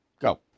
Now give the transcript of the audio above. Go